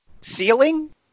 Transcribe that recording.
Ceiling